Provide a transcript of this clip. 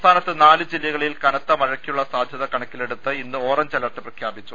സംസ്ഥാനത്ത് നാല് ജില്ലകളിൽ കനത്ത മഴയ്ക്ക് സാധ്യത കണക്കിലെടുത്ത് ഇന്ന് ഓറഞ്ച് അലർട്ട് പ്രഖ്യാപിച്ചു